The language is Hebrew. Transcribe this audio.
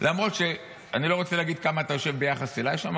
למרות שאני לא רוצה להגיד כמה אתה יושב ביחס אליי שם,